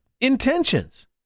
intentions